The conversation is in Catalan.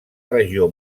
regió